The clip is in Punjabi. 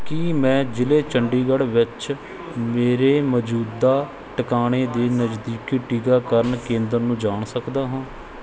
ਕੀ ਮੈਂ ਜ਼ਿਲ੍ਹੇ ਚੰਡੀਗੜ੍ਹ ਵਿੱਚ ਮੇਰੇ ਮੌਜੂਦਾ ਟਿਕਾਣੇ ਦੇ ਨਜ਼ਦੀਕੀ ਟੀਕਾਕਰਨ ਕੇਂਦਰ ਨੂੰ ਜਾਣ ਸਕਦਾ ਹਾਂ